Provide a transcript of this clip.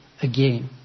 again